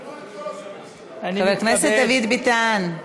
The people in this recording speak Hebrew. אני מתכבד, חבר הכנסת דוד ביטן.